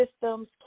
systems